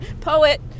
poet